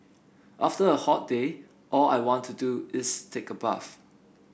after a hot day all I want to do is take a bath